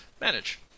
manage